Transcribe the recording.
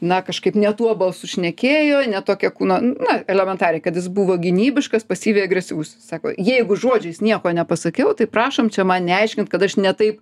na kažkaip ne tuo balsu šnekėjo ne tokia kūno na elementariai kad jis buvo gynybiškas pasyviai agresyvus sako jeigu žodžiais nieko nepasakiau tai prašom čia man neaiškint kad aš ne taip